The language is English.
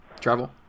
Travel